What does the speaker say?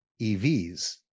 EVs